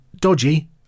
dodgy